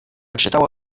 czytała